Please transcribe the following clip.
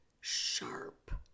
sharp